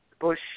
Bush